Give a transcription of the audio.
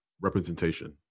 Representation